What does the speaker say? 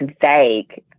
vague